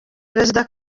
perezida